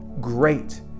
great